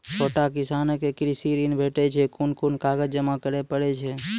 छोट किसानक कृषि ॠण भेटै छै? कून कून कागज जमा करे पड़े छै?